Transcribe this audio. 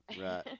right